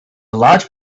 large